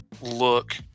look